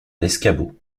l’escabeau